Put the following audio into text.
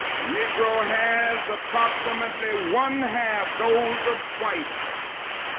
the negro has approximately one half those of whites.